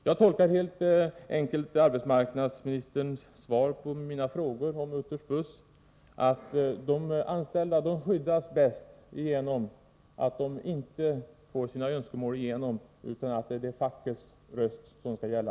Jag tolkar helt enkelt arbetsmarknadsminsterns svar på mina frågor om Utters Buss så, att hon menar att de anställda skyddas bäst genom att de inte får sina önskemål tillgodosedda och att det är fackets röst som skall gälla.